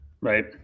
Right